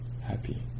happy